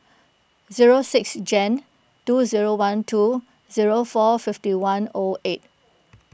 zero six Jan two zero one two zero four fifty one O eight